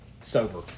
sober